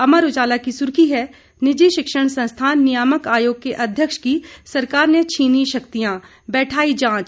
अमर उजाला की सुर्खी है निजी शिक्षण संस्थान नियामक आयोग के अध्यक्ष की सरकार ने छीनीं शक्तियां बैठाई जांच